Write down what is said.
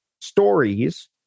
stories